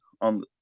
on